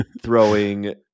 throwing